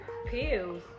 Pills